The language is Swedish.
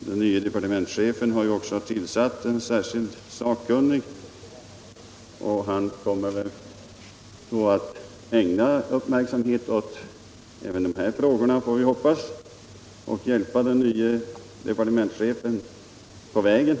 Den nye departementschefen har tillsatt en särskild sakkunnig, och vi får väl hoppas att denne kommer att ägna uppmärksamhet åt dessa frågor och hjälpa den nye departementschefen på vägen.